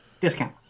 discount